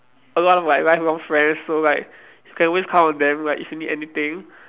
a lot of like lifelong friends so like you can always count on them like if you need anything